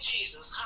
Jesus